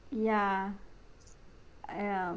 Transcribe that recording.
ya uh ya